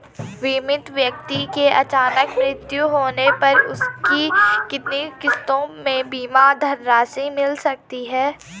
बीमित व्यक्ति के अचानक मृत्यु होने पर उसकी कितनी किश्तों में बीमा धनराशि मिल सकती है?